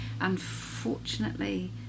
unfortunately